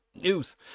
news